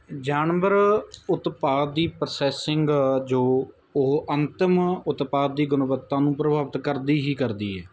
ਜਾਨਵਰ ਉਤਪਾਦ ਦੀ ਪ੍ਰੋਸੈਸਿੰਗ ਜੋ ਉਹ ਅੰਤਿਮ ਉਤਪਾਦ ਦੀ ਗੁਣਵੱਤਾ ਨੂੰ ਪ੍ਰਭਾਵਿਤ ਕਰਦੀ ਹੀ ਕਰਦੀ ਹੈ